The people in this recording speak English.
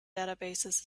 databases